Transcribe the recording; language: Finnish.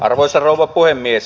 arvoisa rouva puhemies